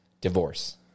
Divorce